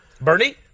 Bernie